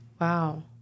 Wow